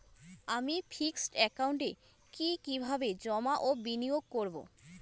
আমি ফিক্সড একাউন্টে কি কিভাবে জমা ও বিনিয়োগ করব?